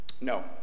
no